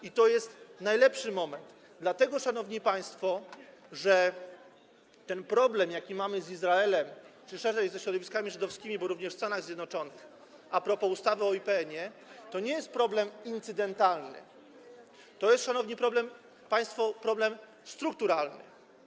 I to jest najlepszy moment, dlatego, szanowni państwo, że ten problem, jaki mamy z Izraelem czy szerzej ze środowiskami żydowskimi, bo również w Stanach Zjednoczonych, a propos ustawy o IPN, to nie jest problem incydentalny, to jest, szanowni państwo, problem strukturalny.